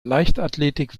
leichtathletik